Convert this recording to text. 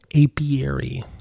Apiary